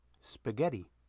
Spaghetti